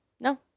No